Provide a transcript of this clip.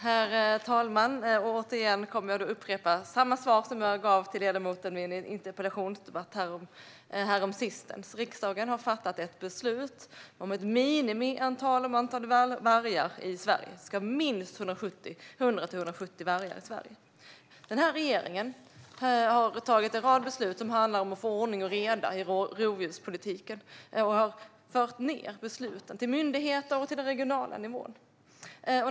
Herr talman! Jag kommer återigen att upprepa samma svar som jag gav ledamoten i en interpellationsdebatt häromsistens. Riksdagen har fattat ett beslut om ett minimiantal vargar i Sverige; det ska vara minst 100-170. Denna regering har tagit en rad beslut som handlar om att få ordning och reda i rovdjurspolitiken och har fört ned besluten till myndigheter och till den regionala nivån.